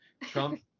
Trump